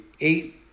eight